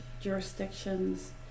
jurisdiction's